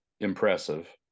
impressive